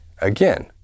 Again